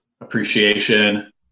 appreciation